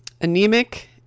anemic